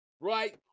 right